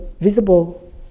visible